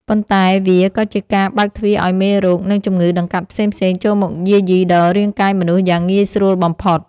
ប៉ុន្តែវាក៏ជាការបើកទ្វារឱ្យមេរោគ និងជំងឺដង្កាត់ផ្សេងៗចូលមកយាយីដល់រាងកាយមនុស្សយ៉ាងងាយស្រួលបំផុត។